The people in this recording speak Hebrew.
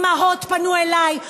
אימהות פנו אליי,